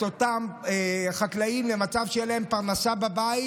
אותם חקלאים למצב שתהיה להם פרנסה בבית,